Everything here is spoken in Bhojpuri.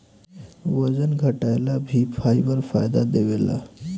ओजन घटाएला भी फाइबर फायदा देवेला